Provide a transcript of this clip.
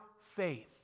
faith